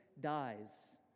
dies